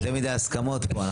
יותר מידי הסכמות פה.